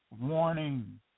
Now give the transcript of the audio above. Warning